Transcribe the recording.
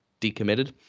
decommitted